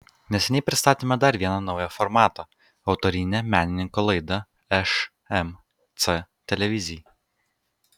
neseniai pristatėme dar vieną naują formatą autorinę menininko laidą šmc televizijai